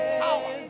power